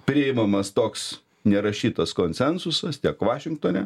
priimamas toks nerašytas konsensusas tiek vašingtone